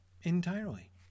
entirely